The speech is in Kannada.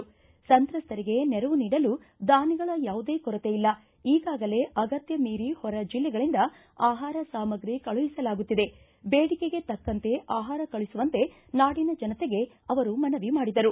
ಸಂತ್ರಸ್ತರಿಗೆ ನೆರವು ನೀಡಲು ದಾನಿಗಳ ಯಾವುದೇ ಕೊರತೆ ಇಲ್ಲ ಈಗಾಗಲೇ ಅಗತ್ಯ ಮೀರಿ ಹೊರ ಜಿಲ್ಲೆಗಳಿಂದ ಆಹಾರ ಸಾಮ್ರಿ ಕಳುಹಿಸಲಾಗುತ್ತಿದೆ ಬೇಡಿಕೆಗೆ ತಕ್ಕಂತೆ ಆಹಾರ ಕಳುಹಿಸುವಂತೆ ನಾಡಿನ ಜನತೆಗೆ ಅವರು ಮನವಿ ಮಾಡಿದರು